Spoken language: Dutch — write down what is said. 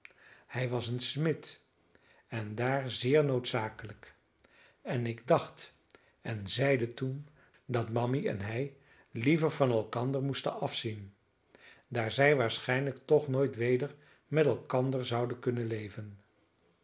hij was een smid en daar zeer noodzakelijk en ik dacht en zeide toen dat mammy en hij liever van elkander moesten afzien daar zij waarschijnlijk toch nooit weder met elkander zouden kunnen leven